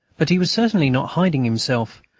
but he was certainly not hiding himself,